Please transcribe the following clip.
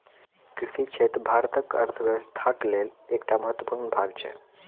कृषि क्षेत्र भारतक अर्थव्यवस्थाक लेल एकटा महत्वपूर्ण भाग छै